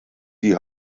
die